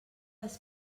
les